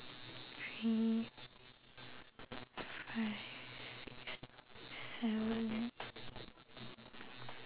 three five six seven